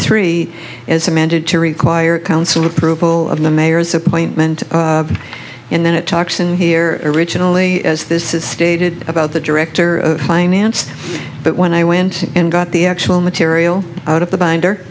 three as amended to require council approval of the mayor's appointment and then it talks in here originally as this is stated about the director of finance but when i went and got the actual material out of the binder